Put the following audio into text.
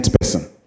person